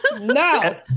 No